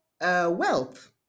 wealth